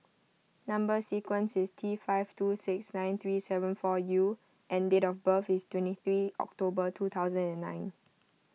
Number Sequence is T five two six nine three seven four U and date of birth is twenty three October two thousand and nine